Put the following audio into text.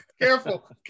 Careful